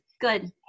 good